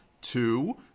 two